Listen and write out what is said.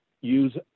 Use